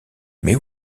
mais